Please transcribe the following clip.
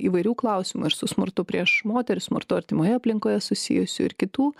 įvairių klausimų ir su smurtu prieš moteris smurtu artimoje aplinkoje susijusių ir kitų